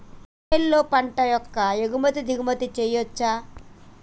మొబైల్లో పంట యొక్క ఎగుమతి దిగుమతి చెయ్యచ్చా?